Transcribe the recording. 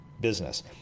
business